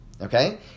okay